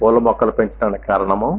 పూలమొక్కలు పెంచడానికి కారణం